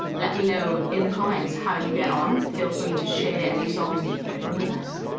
let me know in the comments how you get on, feel free to share any songs that you've written with us.